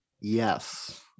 yes